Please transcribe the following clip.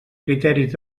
criteris